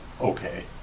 okay